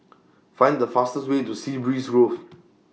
Find The fastest Way to Sea Breeze Roof